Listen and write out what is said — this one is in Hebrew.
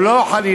או לא חלילה,